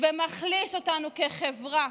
ומחליש אותנו כחברה,